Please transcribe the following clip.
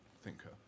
Thinker